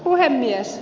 puhemies